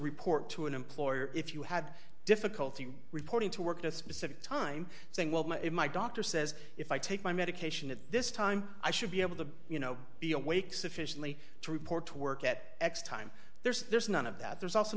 report to an employer if you had difficulty reporting to work at a specific time saying well my it my doctor says if i take my medication at this time i should be able to you know be awake sufficiently to report to work at x time there's there's none of that there's also